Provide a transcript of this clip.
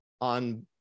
on